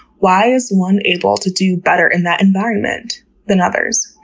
why is one able to do better in that environment than others?